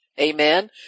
Amen